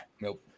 Nope